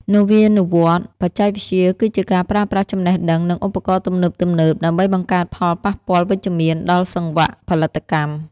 នវានុវត្តន៍បច្ចេកវិទ្យាគឺជាការប្រើប្រាស់ចំណេះដឹង និងឧបករណ៍ទំនើបៗដើម្បីបង្កើតផលប៉ះពាល់វិជ្ជមានដល់សង្វាក់ផលិតកម្ម។